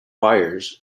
wires